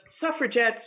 suffragettes